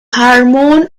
hormone